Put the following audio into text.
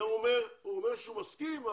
הוא אומר שהוא מסכים,